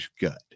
gut